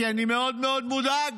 כי אני מאוד מאוד מודאג.